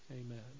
Amen